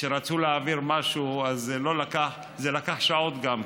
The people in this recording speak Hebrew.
וכשרצו להעביר משהו אז זה לקח גם שעות.